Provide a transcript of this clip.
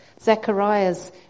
Zechariah's